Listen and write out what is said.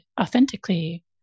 authentically